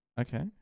Okay